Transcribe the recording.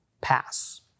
pass